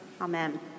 Amen